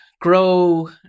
Grow